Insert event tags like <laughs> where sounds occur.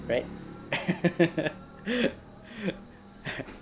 right <laughs>